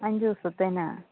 അഞ്ചു ദിവസത്തെനാണ്